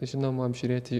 žinoma apžiūrėti